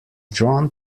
drawn